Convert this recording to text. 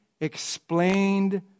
explained